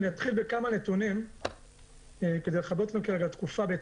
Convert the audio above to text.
אתחיל בכמה נתונים כדי לחבר אתכם לתקופה.